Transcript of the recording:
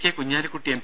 K Kunhalikutty M